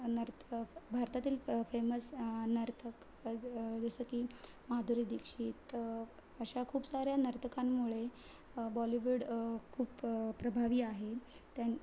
नर्त भारतातील फेमस नर्तक जसं की माधुरी दीक्षित अशा खूप साऱ्या नर्तकांमुळे बॉलीवूड खूप प्रभावी आहे त्या